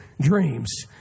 dreams